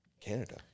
Canada